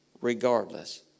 regardless